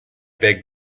beg